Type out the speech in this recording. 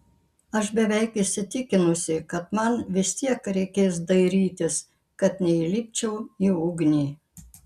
aš beveik įsitikinusi kad man vis tiek reikės dairytis kad neįlipčiau į ugnį